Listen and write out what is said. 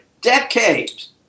decades